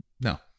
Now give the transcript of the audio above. No